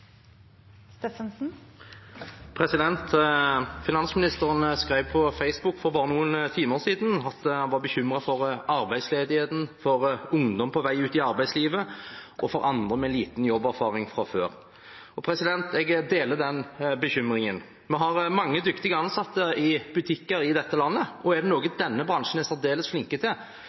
Finansministeren skrev på Facebook for bare noen timer siden at han var «bekymret for arbeidsledigheten, for ungdom på vei ut i arbeidslivet og for andre med liten jobberfaring fra før». Jeg deler den bekymringen. Vi har mange dyktige ansatte i butikker i dette landet, og er det noe denne bransjen er særdeles flink til,